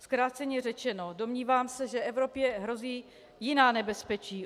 Zkráceně řečeno, domnívám se, že Evropě hrozí jiná nebezpečí.